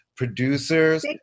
Producers